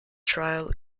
trial